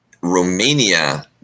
Romania